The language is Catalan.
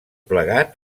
plegat